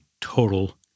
total